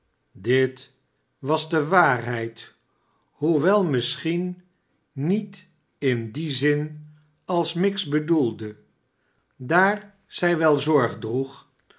dit was de waarheid hoewel misschien met m dien zin als miggs bedoelde daar zij wel zorg droeg